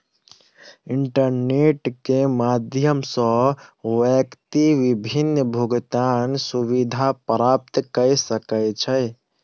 internet के माध्यम सॅ व्यक्ति विभिन्न भुगतान सुविधा प्राप्त कय सकै छै